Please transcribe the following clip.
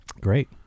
Great